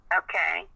okay